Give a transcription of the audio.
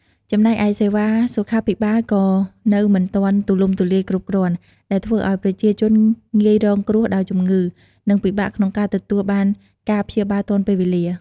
ចំណែកឯសេវាសុខាភិបាលក៏នៅមិនទាន់ទូលំទូលាយគ្រប់គ្រាន់ ដែលធ្វើឱ្យប្រជាជនងាយរងគ្រោះដោយជំងឺ និងពិបាកក្នុងការទទួលបានការព្យាបាលទាន់ពេលវេលា។